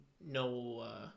no